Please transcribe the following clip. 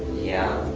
yeah.